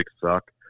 suck